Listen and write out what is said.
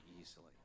easily